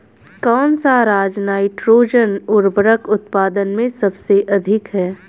कौन सा राज नाइट्रोजन उर्वरक उत्पादन में सबसे अधिक है?